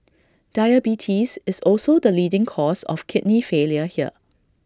diabetes is also the leading cause of kidney failure here